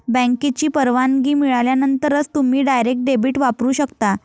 बँकेची परवानगी मिळाल्यानंतरच तुम्ही डायरेक्ट डेबिट वापरू शकता